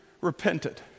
Repented